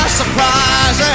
surprise